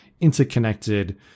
interconnected